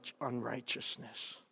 unrighteousness